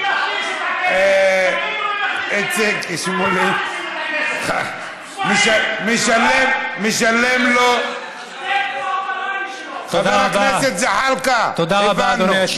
אתם מכניסים את הכסף, חבר הכנסת זחאלקה, הבנו.